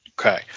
Okay